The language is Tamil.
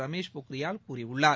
ரமேஷ் பொக்ரியால் கூறியுள்ளார்